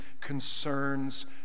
concerns